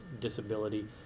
disability